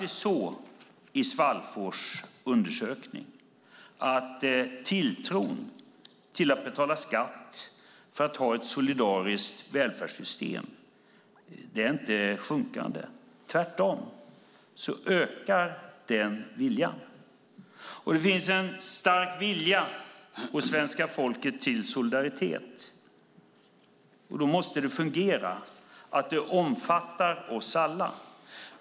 Svallfors undersökning visar att viljan att betala skatt för att ha ett solidariskt välfärdssystem inte är sjunkande. Tvärtom ökar den. Det finns en stark vilja hos svenska folket till solidaritet, och då måste det fungera och omfatta oss alla.